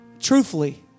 Truthfully